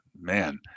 man